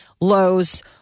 lows